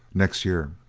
next year